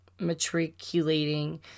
matriculating